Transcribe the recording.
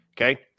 Okay